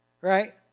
right